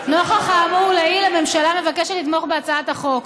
נוכח האמור לעיל, הממשלה מבקשת לתמוך בהצעת החוק.